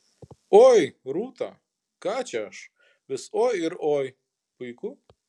oi rūta ką čia aš vis oi ir oi puiku